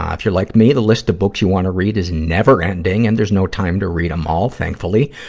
um if you're like me, the list of books you want to read is never ending, and there's no time to read the um all, thankfully.